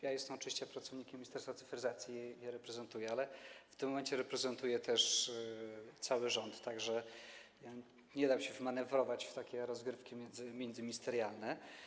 Ja jestem oczywiście pracownikiem Ministerstwa Cyfryzacji i je reprezentuję, ale w tym momencie reprezentuję też cały rząd, tak że nie dam się wmanewrować w takie rozgrywki międzyministerialne.